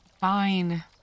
fine